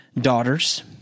daughters